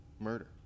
murder